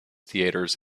theaters